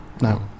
No